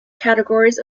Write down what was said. categories